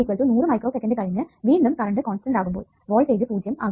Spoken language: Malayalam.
t 100 മൈക്രോസെക്കൻഡ് കഴിഞ്ഞു വീണ്ടും കറണ്ട് കോൺസ്റ്റന്റ് ആകുമ്പോൾ വോൾടേജ് 0 ആകും